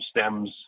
stems